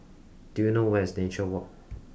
do you know where is Nature Walk